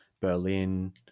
Berlin